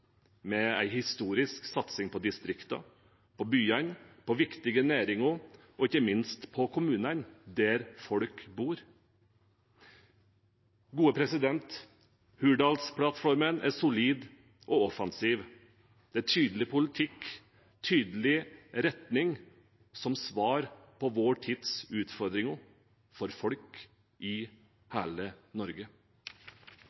med en historisk satsing på distriktene, på byene, på viktige næringer og ikke minst på kommunene – der folk bor. Hurdalsplattformen er solid og offensiv. Det er tydelig politikk og en tydelig retning som svar på vår tids utfordringer – for folk i